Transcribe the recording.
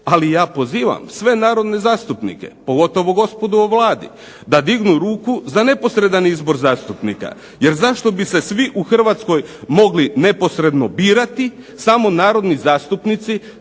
ali ja pozivam sve narodne zastupnike, pogotovo gospodu u Vladi da dignu ruku za neposredan izbor zastupnika, jer zašto bi se svi u Hrvatskoj mogli neposredno birati samo narodni zastupnici